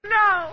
no